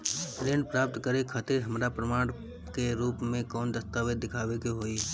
ऋण प्राप्त करे खातिर हमरा प्रमाण के रूप में कौन दस्तावेज़ दिखावे के होई?